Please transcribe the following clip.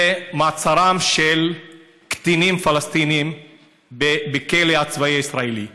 וזה מעצרם של קטינים פלסטינים בכלא הצבאי הישראלי.